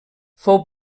fou